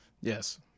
Yes